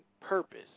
purpose